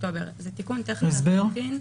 באוקטובר 2021. זה תיקון טכני לחלוטין.